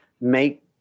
make